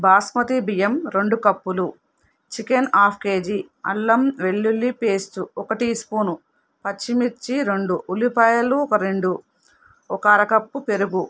బాస్మతి బియ్యం రెండు కప్పులు చికెన్ హాఫ్ కేజీ అల్లం వెల్లుల్లి పేస్టు ఒక టీ స్పూను పచ్చిమిర్చి రెండు ఉల్లిపాయలు ఒక రెండు ఒక అరకప్పుపెరుగు